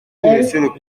monsieur